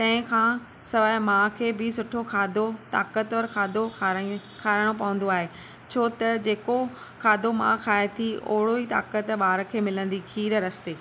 तंहिं खां सवाइ माउ खे बि सुठो खाधो ताक़तवर खाधो खाराइणो पवंदो आहे छो त जेको खाधो मां खाए थी ओहिड़ो ई ताकति ॿार खे मिलंदी खीर रस्ते